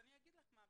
אני אגיד מה הבעיה: